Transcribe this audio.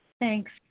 Thanks